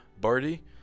Barty